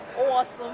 Awesome